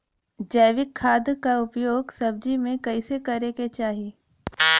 जैविक खाद क उपयोग सब्जी में कैसे करे के चाही?